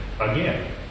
again